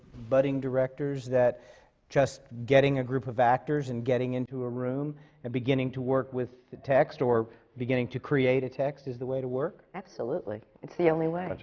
budding directors, that just getting a group of actors and getting into a room and beginning to work with the text or beginning to create a text is the way to work? absolutely. it's the only way. that's it.